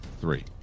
Three